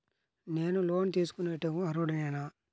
నేను లోన్ తీసుకొనుటకు అర్హుడనేన?